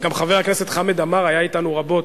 גם חבר הכנסת חמד עמאר היה אתנו רבות,